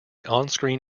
onscreen